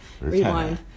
Rewind